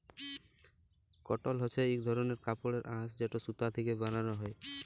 কটল হছে ইক ধরলের কাপড়ের আঁশ যেট সুতা থ্যাকে বালাল হ্যয়